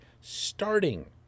starting